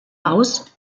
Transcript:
aus